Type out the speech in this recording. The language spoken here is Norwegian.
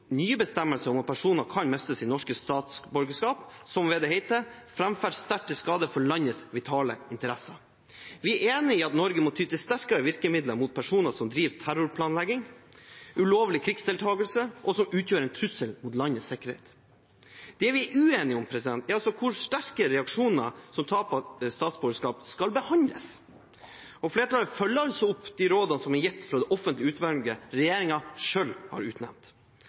nye bestemmelser om at personer kan miste sitt norske statsborgerskap ved, som det heter, «fremferd sterkt til skade» for landets vitale interesser. Vi er enig i at Norge må ty til sterkere virkemidler mot personer som driver terrorplanlegging, ulovlig krigsdeltakelse, og som utgjør en trussel mot landets sikkerhet. Det vi er uenige om, er hvordan så sterke reaksjoner som tap av statsborgerskap skal behandles. Flertallet følger opp de rådene som er gitt av det offentlige utvalget regjeringen selv har utnevnt.